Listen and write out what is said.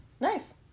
Nice